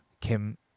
Kim –